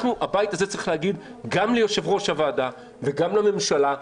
הבית הזה צריך להגיד גם ליושב-ראש הוועדה וגם לממשלה,